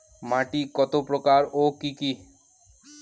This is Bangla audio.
মাটি কতপ্রকার ও কি কী?